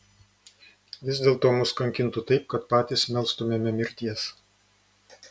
vis dėlto mus kankintų taip kad patys melstumėme mirties